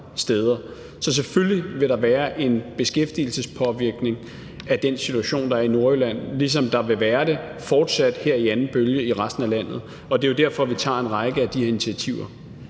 Så selvfølgelig vil der være en beskæftigelsespåvirkning af den situation, der er i Nordjylland, ligesom der fortsat vil være det her i anden bølge i resten af landet. Og det er jo derfor, vi tager en række af de her initiativer.